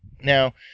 Now